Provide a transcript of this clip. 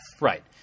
Right